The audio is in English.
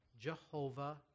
Jehovah